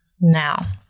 Now